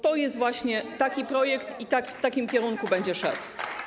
to jest właśnie taki projekt, w takim kierunku będzie on szedł.